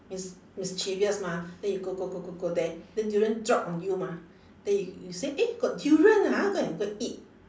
mis~ mischievous mah then you go go go go there then durian drop on you mah then you say eh got durian ah go and go and eat